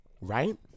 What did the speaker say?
Right